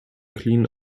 clean